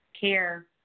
care